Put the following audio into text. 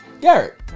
Garrett